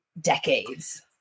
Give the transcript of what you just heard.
decades